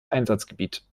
einsatzgebiet